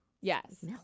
Yes